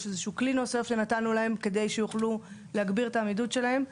זה איזשהו כלי נוסף שנתנו להם כדי שיוכלו להגביר את העמידות שלהם.